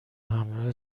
همراه